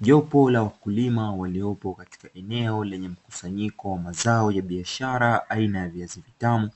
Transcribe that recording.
Jopo la ukulima waliopo katika eneo lenye mkusanyiko wa mazao ya biashara aina ya viazi vitamu